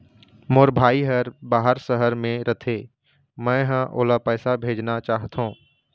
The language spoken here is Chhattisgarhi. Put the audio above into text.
मोर भाई हर बाहर शहर में रथे, मै ह ओला पैसा भेजना चाहथों